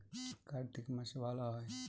কার্তিক মাসে ভালো হয়?